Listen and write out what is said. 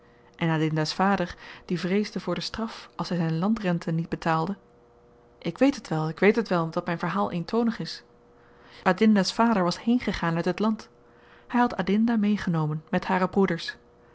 en adinda's vader die vreesde voor de straf als hy zyn landrenten niet betaalde ik weet het wel ik weet het wel dat myn verhaal eentonig is adinda's vader was heengegaan uit het land hy had adinda meegenomen met hare broeders